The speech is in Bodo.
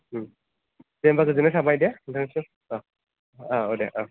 दे होमब्ला गोजोननाय थाबाय दे नोंथांनिसिम औ दे औ